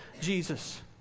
Jesus